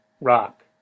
rock